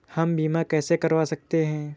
हम बीमा कैसे करवा सकते हैं?